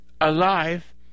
alive